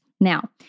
Now